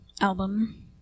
album